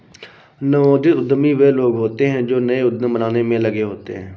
नवोदित उद्यमी वे लोग होते हैं जो नए उद्यम बनाने में लगे होते हैं